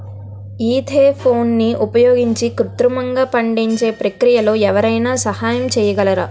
ఈథెఫోన్ని ఉపయోగించి కృత్రిమంగా పండించే ప్రక్రియలో ఎవరైనా సహాయం చేయగలరా?